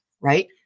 right